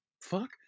fuck